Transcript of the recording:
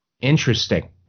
Interesting